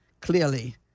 clearly